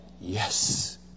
Yes